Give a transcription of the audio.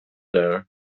there